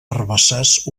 herbassars